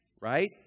Right